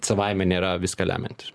savaime nėra viską lemiantis